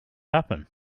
happen